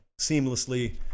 seamlessly